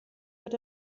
wird